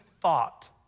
thought